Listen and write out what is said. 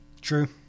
True